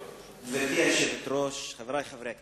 גברתי היושבת-ראש, חברי חברי הכנסת,